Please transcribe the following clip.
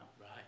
Right